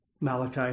Malachi